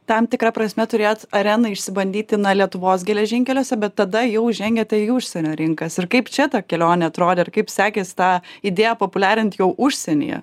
tam tikra prasme turėjot areną išsibandyti na lietuvos geležinkeliuose bet tada jau žengėte į užsienio rinkas ir kaip čia ta kelionė atrodė ir kaip sekės tą idėją populiarint jau užsienyje